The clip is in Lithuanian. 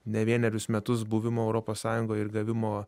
ne vienerius metus buvimo europos sąjungoj ir gavimo